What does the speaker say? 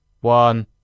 one